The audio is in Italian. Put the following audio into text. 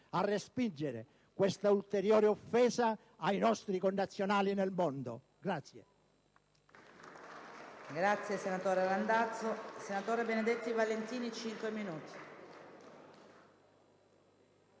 a respingere questa ulteriore offesa ai nostri connazionali nel mondo.